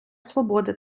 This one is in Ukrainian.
свободи